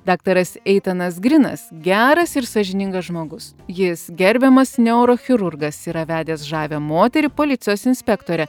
daktaras eitanas grinas geras ir sąžiningas žmogus jis gerbiamas neurochirurgas yra vedęs žavią moterį policijos inspektorę